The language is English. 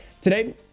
Today